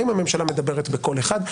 האם הממשלה מדברת בקול אחד.